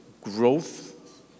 growth